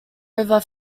river